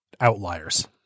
outliers